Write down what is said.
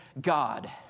God